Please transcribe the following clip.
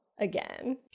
again